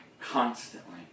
constantly